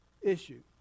issue